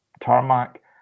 tarmac